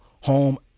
home